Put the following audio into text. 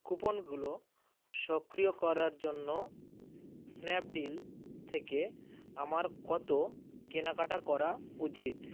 কুপনগুলো সক্রিয় করার জন্য স্ন্যাপডিল থেকে আমার কত কেনাকাটা করা উচিত